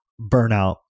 burnout